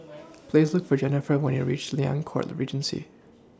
Please Look For Jennifer when YOU REACH Liang Court Regency